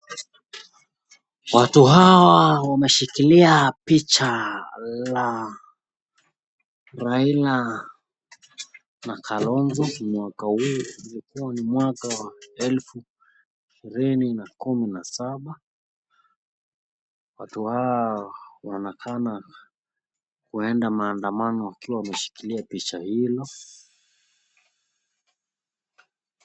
Watu walioshikilia picha la Raila na Kalonzo, mwaka huu ulikua ni mwaka wa elfu ishirini kumi na saba na wanaonekana kwenda maandamano wakiwa wamelishikilia.